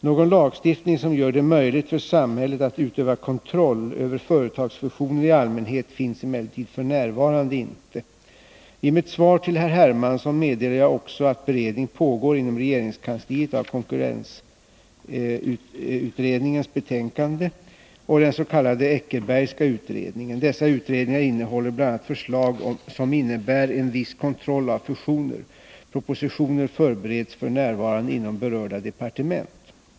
Någon lagstiftning som gör det möjligt för samhället att utöva kontroll över företagsfusioner i allmänhet finns emellertid f. n. inte. I mitt svar till herr Hermansson meddelade jag också att beredning pågår inom regeringskansliet av konkurrensutredningens betänkande och den s.k. Eckerbergska utredningen . Dessa utredningar innehåller bl.a. förslag som innebär en viss kontroll av fusioner. Propositioner förbereds f. n. inom berörda departement.